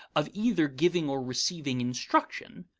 of either giving or receiving instruction,